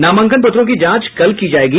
नामांकन पत्रों की जांच कल की जाएगी